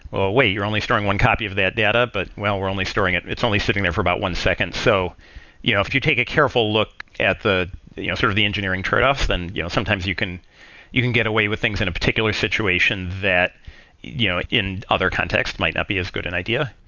ah you're only storing one copy of that data, but well, we're only storing it it's only sleeping there for about one second. so yeah if if you take a careful look at you know sort of the engineering tradeoffs, then you know sometimes you can you can get away with things in a particular situation that you know in other context might not be as good an idea.